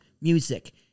music